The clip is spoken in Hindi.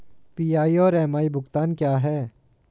पी.आई और एम.आई भुगतान क्या हैं?